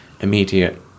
immediate